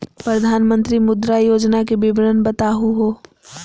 प्रधानमंत्री मुद्रा योजना के विवरण बताहु हो?